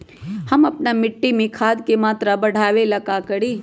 हम अपना मिट्टी में खाद के मात्रा बढ़ा वे ला का करी?